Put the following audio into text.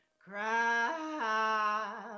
Cry